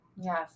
Yes